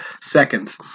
seconds